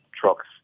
trucks